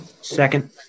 Second